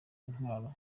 intwaro